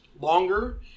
longer